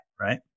right